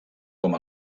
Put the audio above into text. com